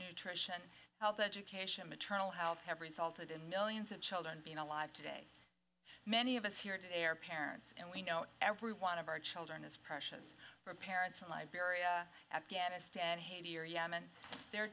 nutrition health education maternal health have resulted in millions of children being alive today many of us here today are parents and we know every one of our children is precious for parents in liberia afghanistan haiti or yemen their